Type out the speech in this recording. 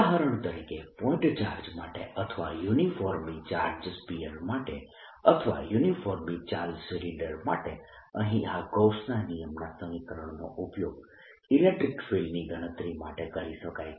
ઉદાહરણ તરીકે point charge માટે અથવા યુનિફોર્મલી ચાર્જડ સ્ફીયર માટે અથવા યુનિફોર્મલી ચાર્જડ સિલિન્ડર માટે અહીં આ ગૌસના નિયમના સમીકરણનો ઉપયોગ ઇલેક્ટ્રીક ફિલ્ડની ગણતરી માટે કરી શકાય છે